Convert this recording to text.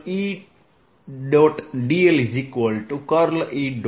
dlE